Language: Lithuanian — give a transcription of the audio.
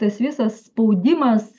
tas visas spaudimas